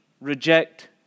reject